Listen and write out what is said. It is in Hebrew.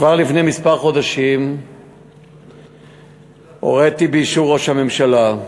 כבר לפני כמה חודשים הוריתי, באישור ראש הממשלה,